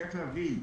צריך להבין,